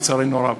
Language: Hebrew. לצערנו הרב.